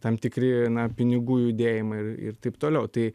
tam tikri pinigų judėjimai ir taip toliau tai